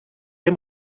dem